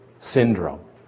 syndrome